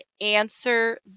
answer